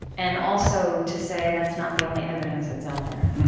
and also, to say, that's not the only evidence that's out there.